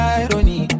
irony